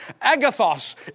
Agathos